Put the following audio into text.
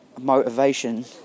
motivation